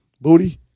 booty